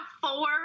four